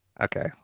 Okay